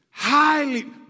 highly